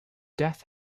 death